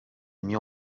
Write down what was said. mio